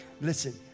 Listen